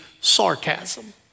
sarcasm